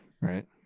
right